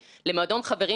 איש לא נתן את הדין,